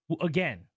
again